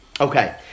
Okay